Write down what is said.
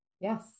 Yes